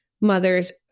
mothers